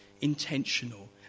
Intentional